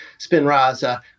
Spinraza